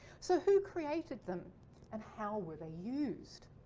so who created them and how were they used?